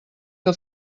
que